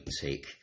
take